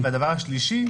והדבר השלישי,